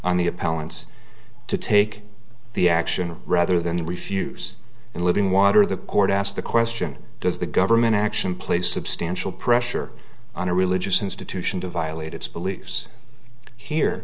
on the appellant's to take the action rather than refuse and living water the court asked the question does the government action play substantial pressure on a religious institution to violate its beliefs here